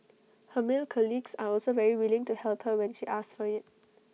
her male colleagues are also very willing to help her when she asks for IT